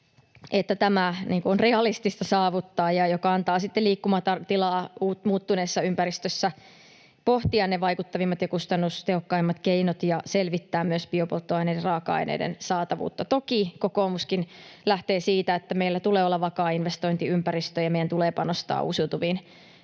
tämä on realistista saavuttaa, mikä antaa sitten liikkumatilaa muuttuneessa ympäristössä pohtia ne vaikuttavimmat ja kustannustehokkaimmat keinot ja selvittää myös biopolttoaineiden raaka-aineiden saatavuutta. Toki kokoomuskin lähtee siitä, että meillä tulee olla vakaa investointiympäristö ja meidän tulee panostaa uusiutuviin